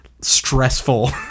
stressful